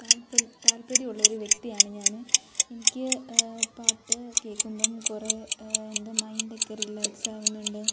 താൽപര്യം താല്പര്യം ഉള്ള ഒരു വ്യക്തിയാണ് ഞാൻ എനിക്ക് പാട്ട് കേൾക്കുമ്പം കുറെ എൻ്റെ മൈൻഡ് ഒക്കെ റിലാക്സ് ആകുന്നുണ്ട്